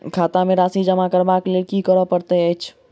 खाता मे राशि जमा करबाक लेल की करै पड़तै अछि?